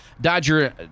Dodger